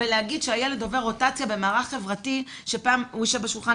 ולהגיד שהילד עובר רוטציה במערך חברתי שפעם הוא ישב בשולחן